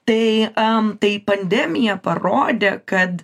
tai am tai pandemija parodė kad